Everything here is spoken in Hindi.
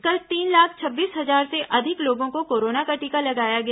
कल तीन लाख छब्बीस हजार से अधिक लोगों को कोरोना का टीका लगाया गया